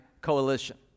coalition